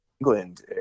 England